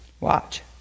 Watch